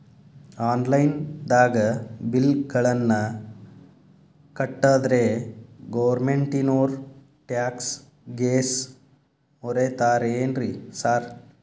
Online ದಾಗ bill ಗಳನ್ನಾ ಕಟ್ಟದ್ರೆ ಗೋರ್ಮೆಂಟಿನೋರ್ ಟ್ಯಾಕ್ಸ್ ಗೇಸ್ ಮುರೇತಾರೆನ್ರಿ ಸಾರ್?